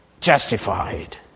justified